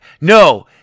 no